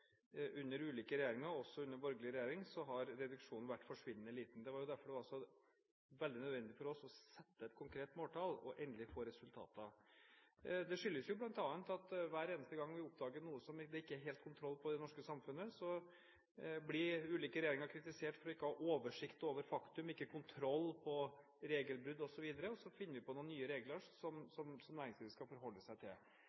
under ulike regjeringer, også under borgerlige regjeringer, har reduksjonen vært forsvinnende liten. Derfor var det veldig nødvendig for oss å sette et konkret måltall og endelig få resultater. Det skyldes bl.a. at hver eneste gang vi oppdager noe som det ikke er helt kontroll på i det norske samfunnet, blir ulike regjeringer kritisert for ikke å ha oversikt over faktum, ikke kontroll på regelbrudd osv., og så finner vi på noen nye regler som